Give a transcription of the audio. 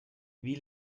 wie